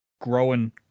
growing